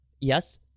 Yes